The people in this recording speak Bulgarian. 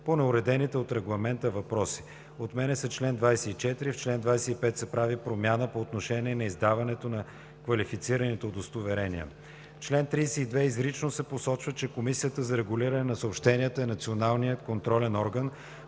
по неуредените от Регламента въпроси; отменя се чл. 24; в чл. 25 се прави промяна по отношение на издаването на квалифицираните удостоверенията. В чл. 32 изрично се посочва, че Комисията за регулиране на съобщенията е националният контролен орган,